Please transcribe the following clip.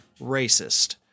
racist